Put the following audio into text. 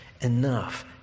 enough